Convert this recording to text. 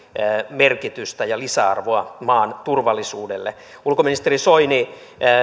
merkitystä ja lisäarvoa maan turvallisuudelle ulkoministeri soini